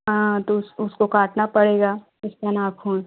हाँ तो उस उसको काटना पड़ेगा उसका नाख़ून